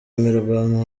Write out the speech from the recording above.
imirwano